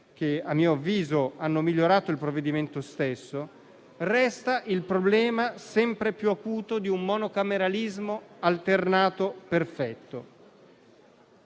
che, a mio avviso, hanno migliorato il provvedimento stesso, resta il problema, sempre più acuto, di un monocameralismo alternato perfetto.